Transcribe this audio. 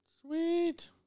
Sweet